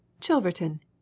chilverton